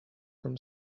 from